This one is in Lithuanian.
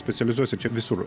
specializuojasi čia visur